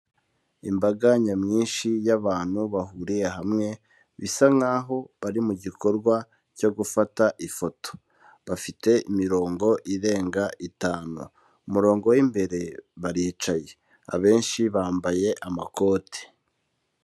Imbaga nyamwinshi y'abantu bahuriye hamwe, bisa nkaho bari mu gikorwa cyo gufata ifoto. Bafite imirongo irenga itanu, umurongo w'imbere baricaye, abenshi bambaye amakoti.